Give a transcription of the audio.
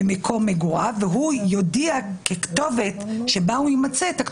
והוא יודע על כתובת שבה הוא יימצא שהיא